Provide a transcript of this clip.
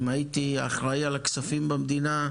אם הייתי אחראי על הכספים במדינה,